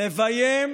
לביים